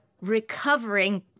recovering